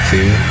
Fear